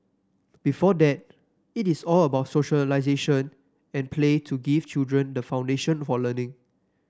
before that it is all about socialisation and play to give children the foundation for learning